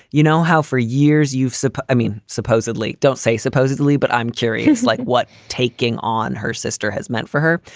you know, how for years you've so i mean, supposedly don't say supposedly. but i'm curious. like what? taking on her sister has meant for her.